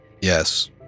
Yes